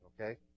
Okay